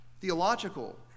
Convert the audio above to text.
theological